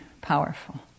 powerful